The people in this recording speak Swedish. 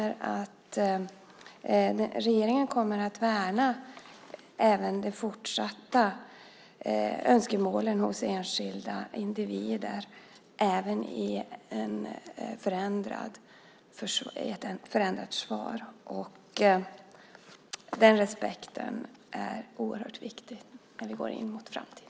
Regeringen kommer även fortsatt att värna de enskilda individernas önskemål trots ett förändrat försvar. Den respekten är oerhört viktig när vi går in i framtiden.